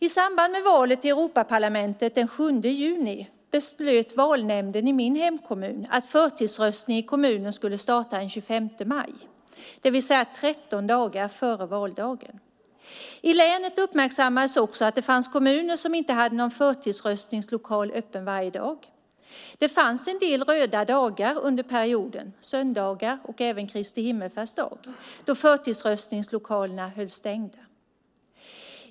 I samband med valet till Europaparlamentet den 7 juni beslöt valnämnden i min hemkommun att förtidsröstningen i kommunen skulle starta den 25 maj, det vill säga 13 dagar före valdagen. I länet uppmärksammades också att det fanns kommuner som inte hade någon förtidsröstningslokal öppen varje dag. Det fanns en del röda dagar under perioden, söndagar och även Kristi himmelsfärdsdag, då förtidsröstningslokalerna hölls stängda.